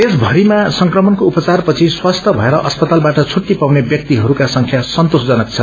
देशभरिमा संक्रमणको उपाचार पछि स्वस्थ्य भएर अस्पतालबाट छुट्टी पाउने व्यक्तिहरूका संख्या सन्तोष्जनक छन्